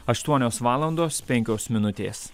aštuonios valandos penkios minutės